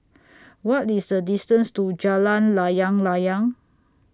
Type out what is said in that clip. What IS The distance to Jalan Layang Layang